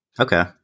Okay